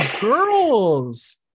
girls